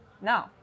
no